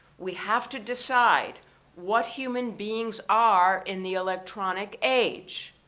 we have to decide what human beings are in the electronic age.